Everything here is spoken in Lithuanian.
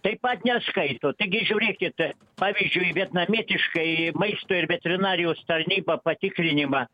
taip pat neskaito taigi žiūrėkit pavyzdžiui vietnamietiškai maisto ir veterinarijos tarnyba patikrinimą